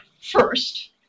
first